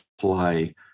play